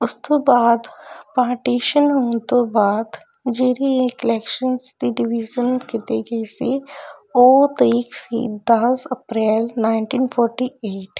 ਉਸ ਤੋਂ ਬਾਅਦ ਪਾਰਟੀਸ਼ਨ ਹੋਣ ਤੋਂ ਬਾਅਦ ਜਿਹੜੀ ਇਹ ਕਲੈਕਸ਼ਨਸ ਦੀ ਡਿਵੀਜ਼ਨ ਕੀਤੀ ਗਈ ਸੀ ਉਹ ਤਰੀਕ ਸੀ ਦਸ ਅਪਰੈਲ ਨਾਈਟੀਨ ਫੋਟੀ ਏਟ